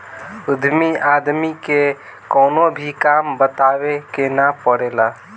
उद्यमी आदमी के कवनो भी काम बतावे के ना पड़ेला